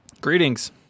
Greetings